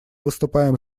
выступаем